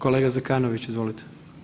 Kolega Zekanović izvolite.